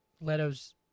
Leto's